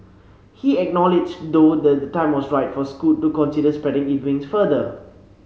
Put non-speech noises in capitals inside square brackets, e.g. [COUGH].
he acknowledged though [UNINTELLIGIBLE] the time was right for Scoot to consider spreading its wings further